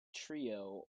trio